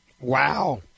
Wow